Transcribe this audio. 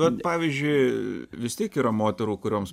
kad pavyzdžiui vis tiek yra moterų kurioms